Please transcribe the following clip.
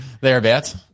Thereabouts